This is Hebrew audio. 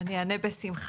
אני אענה בשמחה.